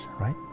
right